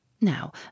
Now